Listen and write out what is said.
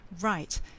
Right